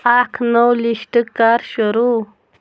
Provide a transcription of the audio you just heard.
اَکھ نوٚو لِشٹ کَر شروٗع